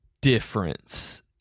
difference